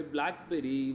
Blackberry